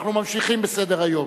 אנחנו ממשיכים בסדר-היום.